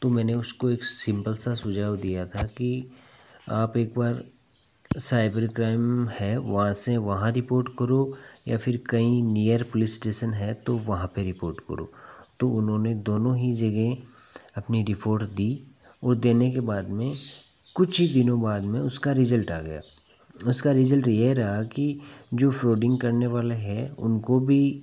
तो मैंने उसको एक सिंपल सा सुझाव दिया था कि आप एक बार साइबर क्राइम है वहाँ से वहाँ रिपोर्ट करो या फिर कहीं नियर पुलिस स्टेशन है तो वहाँ पर रिपोर्ट करो तो उन्होंने दोनों ही जगह अपनी रिपोर्ट दी और देने के बाद में कुछ दिनों बाद में उसका रिजल्ट आ गया उसका रिजल्ट ये रहा कि जो फ्रौडिंग करने वाले हैं उनको भी